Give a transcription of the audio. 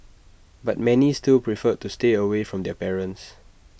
but many still preferred to stay away from their parents